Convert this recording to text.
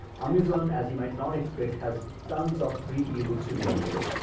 amazon, as you might not expect, has tons of free ebooks to be downloaded.